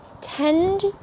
tend